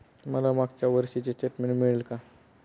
मला मागच्या वर्षीचे स्टेटमेंट मिळेल का?